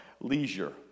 leisure